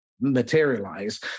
materialize